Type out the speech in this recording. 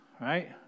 right